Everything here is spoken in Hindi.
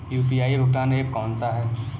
यू.पी.आई भुगतान ऐप कौन सा है?